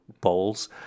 bowls